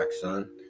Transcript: Son